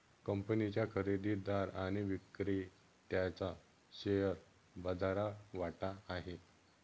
कंपनीच्या खरेदीदार आणि विक्रेत्याचा शेअर बाजारात वाटा आहे